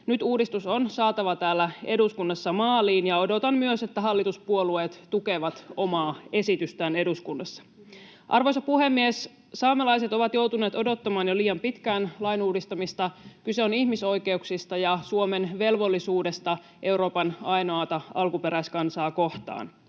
Nyt uudistus on saatava täällä eduskunnassa maaliin, ja odotan myös, että hallituspuolueet tukevat omaa esitystään eduskunnassa. Arvoisa puhemies! Saamelaiset ovat joutuneet odottamaan jo liian pitkään lain uudistamista. Kyse on ihmisoikeuksista ja Suomen velvollisuudesta Euroopan ainoata alkuperäiskansaa kohtaan.